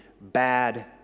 bad